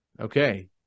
Okay